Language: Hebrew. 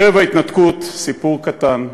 ערב ההתנתקות, סיפור קטן,